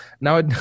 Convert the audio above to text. now